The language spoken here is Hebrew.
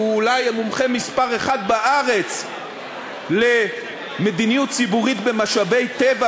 שהוא אולי המומחה מספר אחת בארץ למדיניות ציבורית במשאבי טבע,